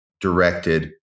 directed